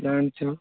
ଜାଣିଛ